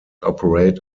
operate